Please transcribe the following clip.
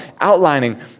outlining